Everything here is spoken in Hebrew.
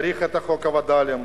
צריך את חוק הווד”לים,